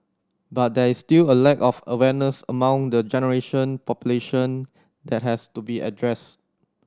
but there is still a lack of awareness among the generation population that has to be addressed